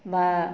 বা